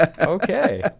Okay